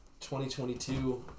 2022